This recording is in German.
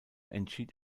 entschied